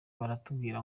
baratubwira